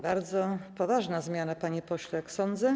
Bardzo poważna zmiana, panie pośle, jak sądzę.